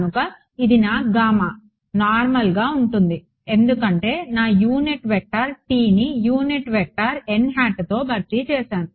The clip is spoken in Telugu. కనుక ఇది నా నార్మల్గా ఉంటుందిఎందుకంటే నా యూనిట్ వెక్టార్ tని యూనిట్ నార్మల్ వెక్టార్తో భర్తీ చేసాను